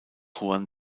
juan